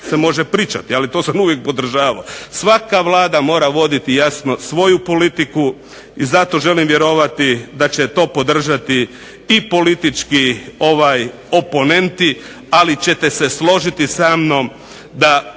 se može pričati, ali to sam uvijek podržavao. Svaka Vlada mora voditi jasno svoju politiku. I zato želim vjerovati da će to podržati i politički ovaj oponenti. Ali ćete se složiti sa mnom da